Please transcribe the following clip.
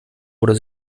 oder